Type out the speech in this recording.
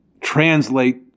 translate